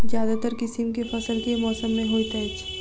ज्यादातर किसिम केँ फसल केँ मौसम मे होइत अछि?